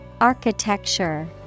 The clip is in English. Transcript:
Architecture